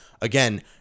again